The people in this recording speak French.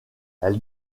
elle